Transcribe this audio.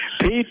Pete